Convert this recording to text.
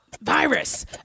virus